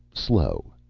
slow.